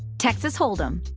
texas hold'em.